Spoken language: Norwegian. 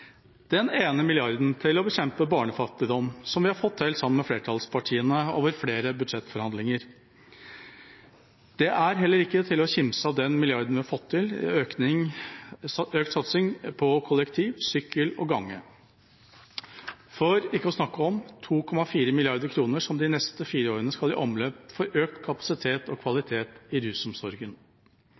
den ene milliarden til å bekjempe barnefattigdom, som vi har fått til sammen med flertallspartiene gjennom flere budsjettforhandlinger. En skal heller ikke kimse av den milliarden vi har fått til i økt satsing på kollektiv, sykkel og gange, for ikke å snakke om 2,4 mrd. kr som de neste fire årene skal i omløp for økt kapasitet og kvalitet i rusomsorgen.